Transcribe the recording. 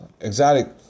exotic